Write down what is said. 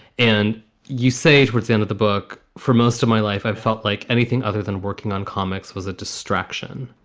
and you say, what's the end of the book? for most of my life, i've felt like anything other than working on comics was a distraction.